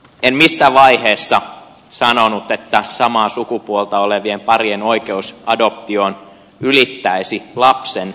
en missään vaiheessa sanonut että samaa sukupuolta olevien parien oikeus adoptioon ylittäisi lapsen edun tavoittelun